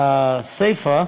לסיפה,